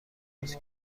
است